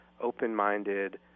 open-minded